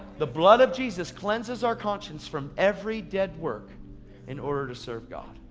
the blood of jesus cleanses our conscience from every dead work in order to serve god.